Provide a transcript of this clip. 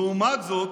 לעומת זאת,